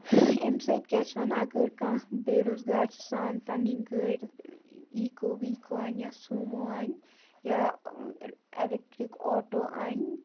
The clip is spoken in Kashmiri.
اَمہِ سۭتۍ کیٛاہ چھِ وَنان اگر کانٛہہ بے روزگار چھِ سُہ اَنہِ پَنٕنۍ گٲڑۍ ایٖکو ویٖکو اَنیٛا سوموٗ اَنہِ یا ایٚلٮ۪کٹِرٛک آٹو اَنہِ